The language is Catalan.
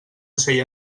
ocell